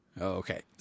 Okay